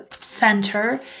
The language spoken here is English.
center